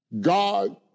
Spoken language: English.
God